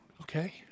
okay